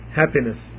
happiness